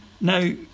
Now